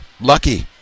lucky